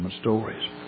stories